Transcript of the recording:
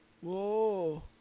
Whoa